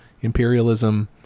imperialism